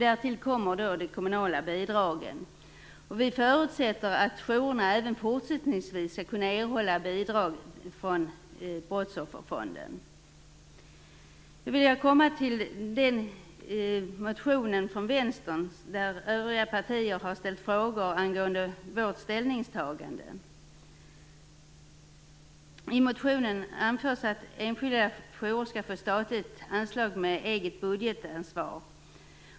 Därtill kommer de kommunala bidragen. Vi förutsätter att jourerna även fortsättningsvis skall kunna erhålla bidrag från Brottsofferfonden. Jag vill kommentera en motion som Vänsterpartiet har skrivit. Övriga partier har ställt frågor angående vårt ställningstagande. I motionen anförs att enskilda jourer skall få statligt anslag med eget budgetansvar.